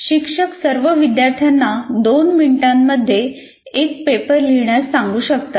शिक्षक सर्व विद्यार्थ्यांना 2 मिनिटांसाठी एक पेपर लिहिण्यास सांगू शकतात